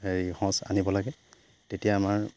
সঁচ আনিব লাগে তেতিয়া আমাৰ